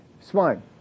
swine